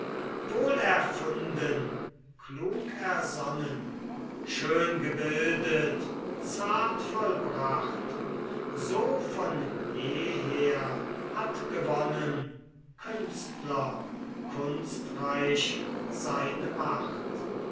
wohl erfunden klug ersonnen schön gebildet zart vollbracht so von jeher hat gewonnen künstler kunstreich seine macht